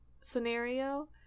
scenario